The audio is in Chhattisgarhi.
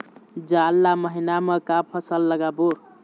जाड़ ला महीना म का फसल लगाबो?